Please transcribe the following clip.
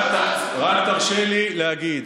רק תרשה לי להגיד,